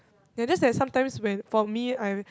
ya just that sometimes when for me I